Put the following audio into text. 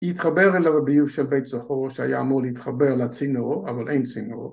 התחבר אליו הביוב של בית זכור ‫שהיה אמור להתחבר לצינור, ‫אבל אין צינור.